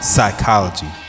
Psychology